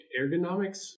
ergonomics